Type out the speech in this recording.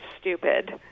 stupid